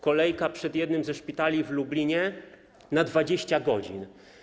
Kolejka przed jednym ze szpitali w Lublinie na 20 godzin.